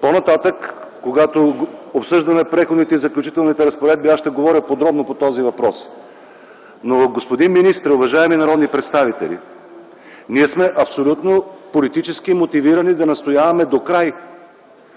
По-нататък, когато обсъждаме Преходните и заключителните разпоредби аз ще говоря подробно по този въпрос. Но, господин министър, уважаеми народни представители, ние сме абсолютно политически мотивирани да настояваме докрай